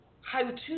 how-to